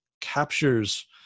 captures